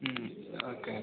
okay